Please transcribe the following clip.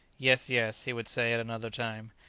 yes, yes he would say at another time,